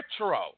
Retro